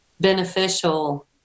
beneficial